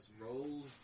roll